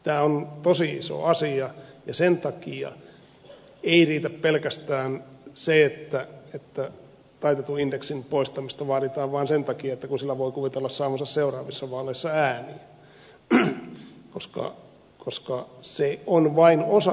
tämä on tosi iso asia ja sen takia ei riitä pelkästään se että taitetun indeksin poistamista vaaditaan vaan sen takia että sillä voi kuvitella saavansa seuraavissa vaaleissa ääniä koska se on vain osa tätä eläkejärjestelmää